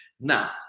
Now